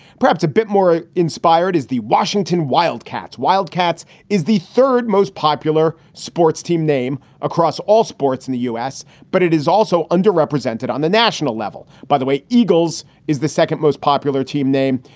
perhaps a bit more inspired is the washington wildcats. wildcats is the third most popular sports team name across all sports in the u s, but it is also underrepresented on the national level. by the way, eagles is the second most popular team name.